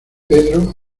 pedro